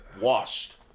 washed